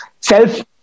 self